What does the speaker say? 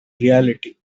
reality